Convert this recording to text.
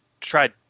tried